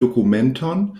dokumenton